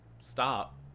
Stop